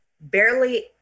barely